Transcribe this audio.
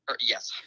Yes